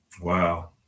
Wow